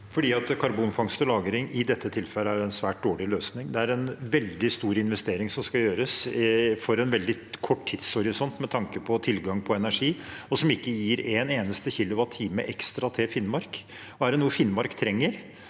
karbon- fangst og -lagring i dette tilfellet er en svært dårlig løsning. Det er en veldig stor investering som skal gjøres for en veldig kort tidshorisont med tanke på tilgang på energi, og som ikke vil gi en eneste kilowattime ekstra til Finnmark. Er det noe Finnmark trenger,